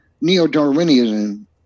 Neo-Darwinism